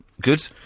Good